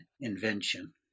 invention